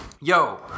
Yo